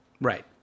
Right